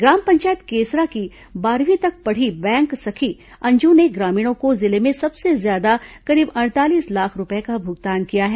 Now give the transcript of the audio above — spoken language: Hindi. ग्राम पंचायत केसरा की बारहवीं तक पढ़ी बैंक सखी अंजू ने ग्रामीणों को जिले में सबसे ज्यादा करीब अड़तालीस लाख रूपए का भुगतान किया है